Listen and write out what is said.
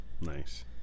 Nice